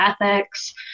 ethics